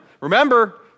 Remember